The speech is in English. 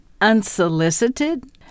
unsolicited